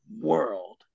world